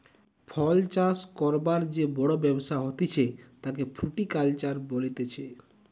ফল চাষ করবার যে বড় ব্যবসা হতিছে তাকে ফ্রুটিকালচার বলতিছে